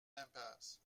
l’impasse